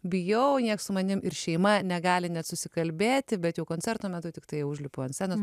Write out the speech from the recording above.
bijau nieks su manim ir šeima negali net susikalbėti bet jau koncerto metu tiktai jau užlipu ant scenos